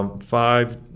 Five